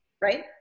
Right